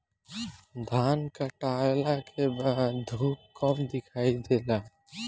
धान काटला के बाद धूप कम दिखाई देला